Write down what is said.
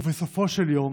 ובסופו של יום